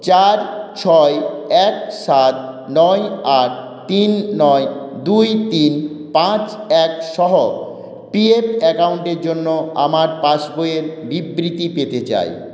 চার ছয় এক সাত নয় আট তিন নয় দুই তিন পাঁচ এক সহ পিএফ অ্যাকাউন্টের জন্য আমার পাসবইয়ের বিবৃতি পেতে চাই